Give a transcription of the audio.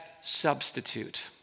substitute